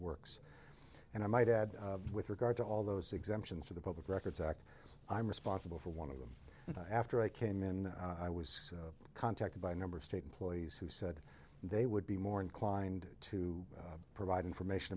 works and i might add with regard to all those exemptions to the public records act i'm responsible for one of them after i came in i was contacted by a number of state employees who said they would be more inclined to provide information